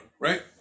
right